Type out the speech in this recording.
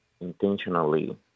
intentionally